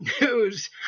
news